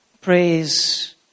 praise